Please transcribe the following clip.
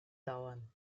dauern